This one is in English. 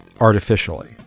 artificially